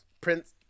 Prince